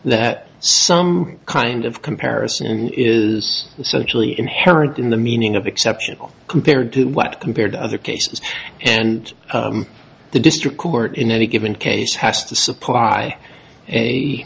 that some kind of comparison is essentially inherent in the meaning of exception compared to what compared to other cases and the district court in any given case has to supply a